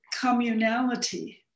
communality